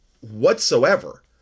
whatsoever